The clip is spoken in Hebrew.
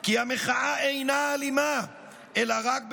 כי המחאה אינה אלימה אלא רק בשוליה.